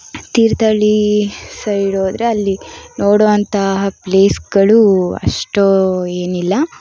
Thirthahalli side ಹೋದರೆ ಅಲ್ಲಿ ನೋಡುವಂತಹ ಪ್ಲೇಸ್ಗಳು ಅಷ್ಟು ಏನಿಲ್ಲ